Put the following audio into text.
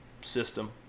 system